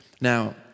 Now